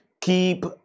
Keep